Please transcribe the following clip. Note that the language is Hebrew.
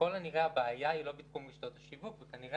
ככל הנראה הבעיה היא לא בתחום רשתות השיווק וכנראה